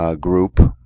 group